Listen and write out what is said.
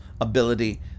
ability